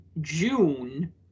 June